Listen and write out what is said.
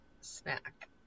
snack